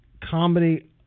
comedy